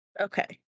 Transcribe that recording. Okay